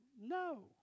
No